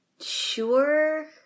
sure